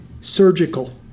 surgical